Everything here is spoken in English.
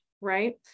right